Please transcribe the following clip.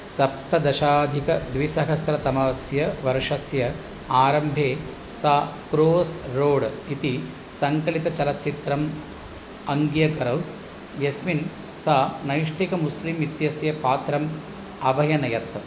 सप्तदशाधिकद्विसहस्रतमस्य वर्षस्य आरम्भे सा क्रोस् रोड् इति सङ्कलितचलच्चित्रम् अङ्ग्यकरोत् यस्मिन् सा नैष्टिकमुस्लिम् इत्यस्याः पात्रम् अभ्यनयत्